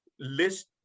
list